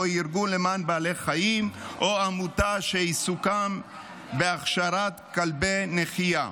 ארגון למען בעלי חיים או עמותה שעיסוקה הכשרת כלבי נחייה.